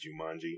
Jumanji